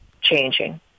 changing